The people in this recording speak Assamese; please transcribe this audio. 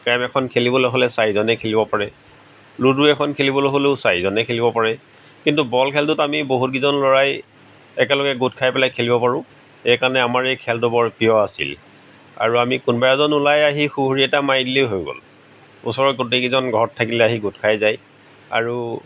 কেৰম এখন খেলিবলৈ হ'লে চাৰিজনে খেলিব পাৰে লুডু এখন খেলিবলৈ হ'লেও চাৰিজনে খেলিব পাৰে কিন্তু বল খেলটোত আমি বহুত কেইজন ল'ৰাই একেলগে গোট খাই পেলাই খেলিব পাৰো এই কাৰণে আমাৰ এই খেলটো বৰ প্ৰিয় আছিল আৰু আমি কোনোবা এজন ওলাই আহি সুহুৰি এটা মাৰি দিলেই হৈ গ'ল ওচৰৰ গোটেই কেইজন ঘৰত থাকিলে আহি গোট খাই যায় আৰু